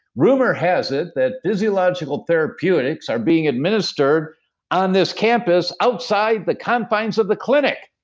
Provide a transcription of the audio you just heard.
rumor has it that physiological therapeutics are being administered on this campus outside the confines of the clinic.